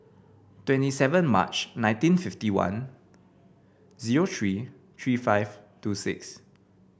twenty seven March nineteen fifty one zero three three five two six